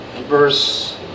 verse